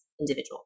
individual